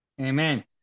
Amen